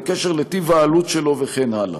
בקשר לעלות שלו וכן הלאה.